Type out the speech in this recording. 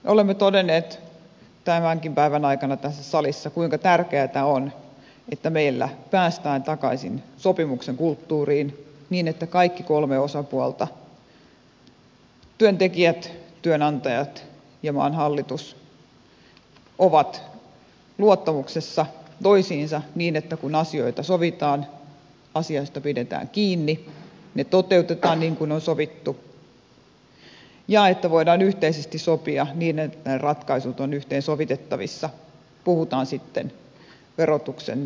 olemme todenneet tämänkin päivän aikana tässä salissa kuinka tärkeätä on että meillä päästään takaisin sopimuksen kulttuuriin niin että kaikki kolme osapuolta työntekijät työnantajat ja maan hallitus ovat luottamuksessa toisiinsa niin että kun asioita sovitaan asioista pidetään kiinni ne toteutetaan niin kuin on sovittu ja voidaan yhteisesti sopia niin että ne ratkaisut ovat yhteen sovitettavissa puhutaan sitten verotuksen tai muitten osalta